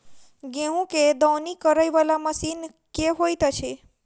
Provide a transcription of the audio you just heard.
गेंहूँ केँ दौनी करै वला मशीन केँ होइत अछि?